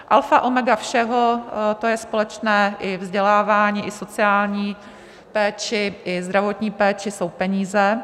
Alfa omega všeho to je společné i vzdělávání, i sociální péči, i zdravotní péči jsou peníze.